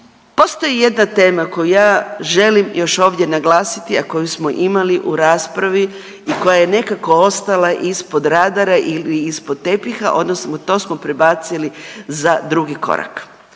Postoji jedna tema koju ja želim još ovdje naglasiti, a koju smo imali u raspravi i koja je nekako ostala ispod radara ili ispod tepiha odnosno to smo prebacili za drugi korak.